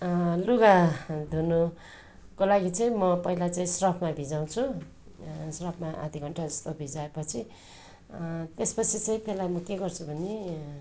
लुगा धुनुको लागि चाहिँ म पहिला चाहिँ सर्फमा भिजाउँछु सर्फमा आधी घन्टा जस्तो भिजाएपछि त्यसपछि चाहिँ त्यसलाई म के गर्छु भने